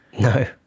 No